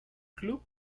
club